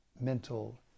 mental